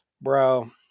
bro